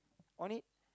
on it